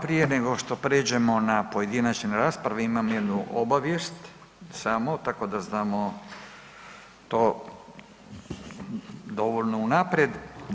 Prije nego što prijeđemo na pojedinačne rasprave imam jednu obavijest samo tako da znamo to dovoljno unaprijed.